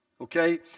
okay